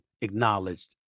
acknowledged